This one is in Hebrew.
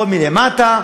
או מלמטה.